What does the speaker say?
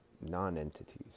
non-entities